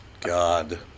God